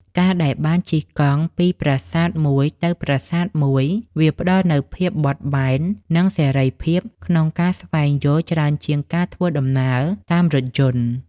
ការដែលបានជិះកង់ពីប្រាសាទមួយទៅប្រាសាទមួយ វាផ្ដល់នូវភាពបត់បែននិងសេរីភាពក្នុងការស្វែងយល់ច្រើនជាងការធ្វើដំណើរតាមរថយន្ត។